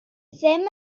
ddim